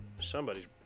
Somebody's